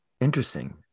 interesting